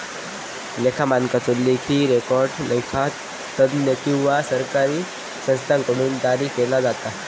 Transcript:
लेखा मानकांचो लेखी रेकॉर्ड लेखा तज्ञ किंवा सरकारी संस्थांकडुन जारी केलो जाता